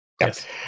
Yes